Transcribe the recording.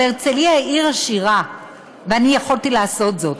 אבל הרצליה היא עיר עשירה ואני יכולתי לעשות זאת,